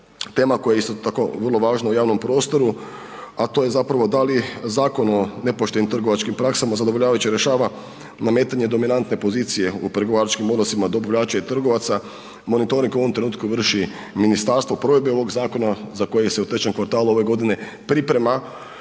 Tema koja je isto tako vrlo važna u javnom prostoru, a to je zapravo da li Zakon o nepoštenim trgovačkim praksama zadovoljavajuće rješava nametanje dominantne pozicije u pregovaračkim odnosima dobavljača i trgovaca, monitoring u ovom trenutku vrši ministarstvo provedbe ovog zakona za koje se u trećem kvartalu ove godine priprema